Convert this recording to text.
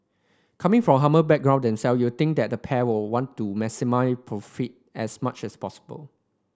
coming from humble background them self you'd think the pair would want to maximise profit as much as possible